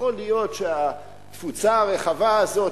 יכול להיות שהתפוצה הרחבה הזאת,